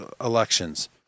elections